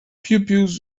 pupils